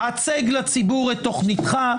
הצג לציבור את תכניתך,